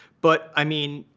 but i mean,